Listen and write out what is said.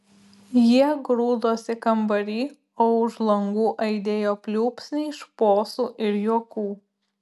jie grūdosi kambary o už langų aidėjo pliūpsniai šposų ir juokų